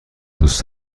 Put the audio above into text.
دوست